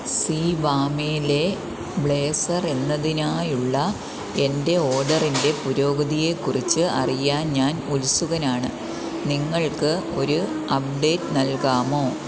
സീവാമേലെ blazer എന്നതിനായുള്ള എൻ്റെ ഓഡറിൻ്റെ പുരോഗതിയെക്കുറിച്ച് അറിയാൻ ഞാൻ ഉത്സുകനാണ് നിങ്ങൾക്ക് ഒരു അപ്ഡേറ്റ് നൽകാമോ